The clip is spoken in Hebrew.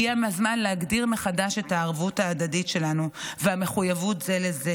הגיע הזמן להגדיר מחדש את הערבות ההדדית שלנו והמחויבות זה לזה,